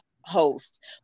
host